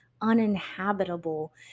uninhabitable